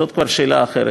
זאת כבר שאלה אחרת,